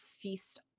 feast